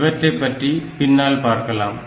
இவற்றைப் பற்றி பின்னால் பார்க்கலாம்